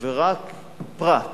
ורק פרט,